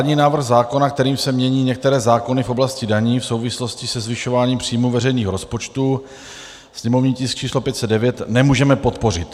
Vládní návrh zákona, kterým se mění některé zákony v oblasti daní v souvislosti se zvyšováním příjmů veřejných rozpočtů, sněmovní tisk č. 509, nemůžeme podpořit.